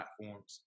platforms